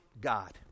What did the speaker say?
God